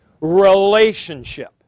Relationship